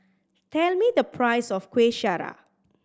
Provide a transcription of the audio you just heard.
tell me the price of Kuih Syara